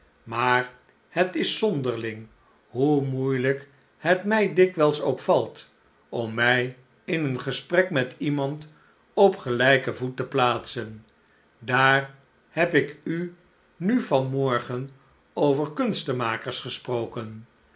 maar net is zonderling hoe moeielijk het mij dikwijls ook valt om mij in een gesprek met iemand op gelijken voet te plaatsen daar heb ik u nu van morgen over kunstenmakers gesproken